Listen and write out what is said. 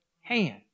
hand